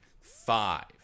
five